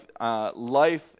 life